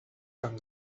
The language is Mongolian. зан